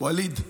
ואליד,